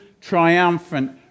triumphant